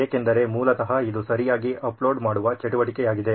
ಏಕೆಂದರೆ ಮೂಲತಃ ಇದು ಸರಿಯಾಗಿ ಅಪ್ಲೋಡ್ ಮಾಡುವ ಚಟುವಟಿಕೆಯಾಗಿದೆ